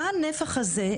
מה הנפח הזה,